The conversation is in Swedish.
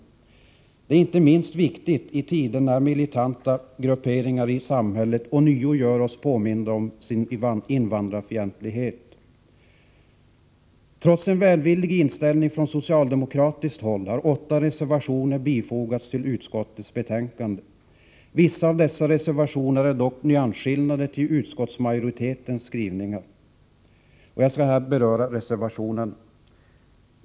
Detta är inte minst viktigt i tider när militanta grupperingar i samhället ånyo gör oss påminda om sin invandrarfientlighet. Trots en välvillig inställning från socialdemokratiskt håll har åtta reservationer fogats till utskottets betänkande. Vissa av dessa reservationer innebär dock nyansskillnader i förhållande till utskottsmajoritetens skrivningar. Jag skall här beröra reservationerna.